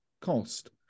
cost